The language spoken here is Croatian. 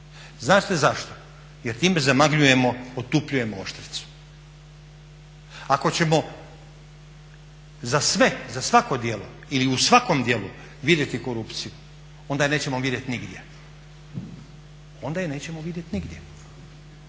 znate zašto? Jer time zamagljujemo, otupljujemo oštricu. Ako ćemo za sve, za svako djelo ili u svakom djelu vidjeti korupciju onda je nećemo vidjeti nigdje, onda je nećemo vidjeti nigdje.